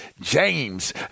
James